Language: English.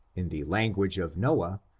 in the language of noah,